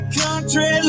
country